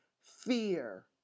Fear